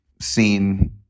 seen